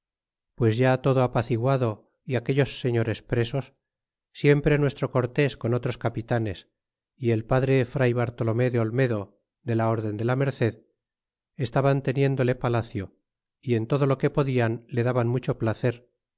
pues ya todo apaciguado e aquellos sellores presos siempre nuestro cortés con otros capitanes é el p fr bartolome de olmedo de a orden de la merced estaban teniéndole paacio e en todo lo que podian le daban mucho placer